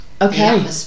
okay